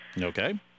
Okay